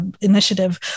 initiative